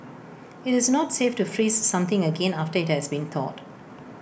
IT is not safe to freeze something again after IT has been thawed